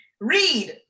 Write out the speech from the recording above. Read